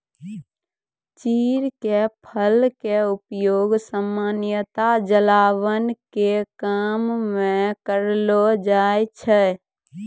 चीड़ के फल के उपयोग सामान्यतया जलावन के काम मॅ करलो जाय छै